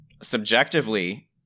Subjectively